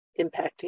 impacting